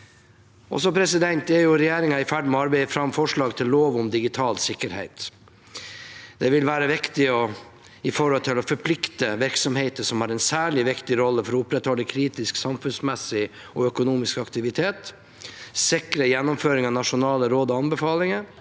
statsforvaltningen. Regjeringen er i ferd med å arbeide fram forslag til lov om digital sikkerhet. Det vil være viktig for å forplikte virksomheter som har en særlig viktig rolle for å opprettholde kritisk, samfunnsmessig og økonomisk aktivitet, og sikre gjennomføring av nasjonale råd og anbefalinger.